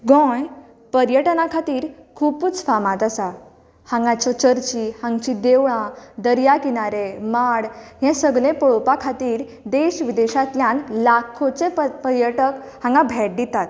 गोंय पर्यटना खातीर खूबच फामाद आसा हांगाच्यो चर्ची हांगाचीं देवळां दर्या किनारे माड हें सगळें पळोवपा खातीर देश विदेशांतल्यान लाखांनी पर्यटक हांगा भेट दितात